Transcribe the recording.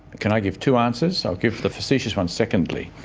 can i give two answers? i'll give the facetious one secondly.